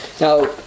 Now